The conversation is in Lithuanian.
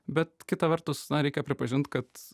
bet kita vertus reikia pripažint kad